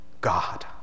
God